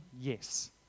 Yes